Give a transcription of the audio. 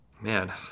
Man